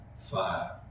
five